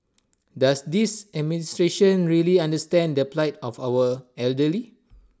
does this administration really understand the plight of our elderly